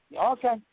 Okay